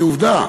כעובדה,